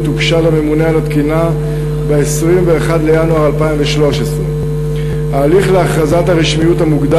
הוגשה לממונה על התקינה ב-12 בינואר 2013. ההליך להכרזת הרשמיות המוגדר